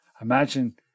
Imagine